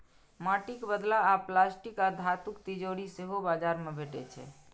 माटिक बदला आब प्लास्टिक आ धातुक तिजौरी सेहो बाजार मे भेटै छै